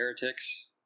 heretics